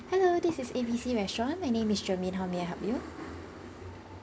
hello this is A B C restaurant name is jermaine how may I help you